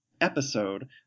episode